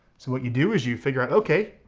so what you do is you figure out, okay,